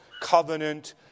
covenant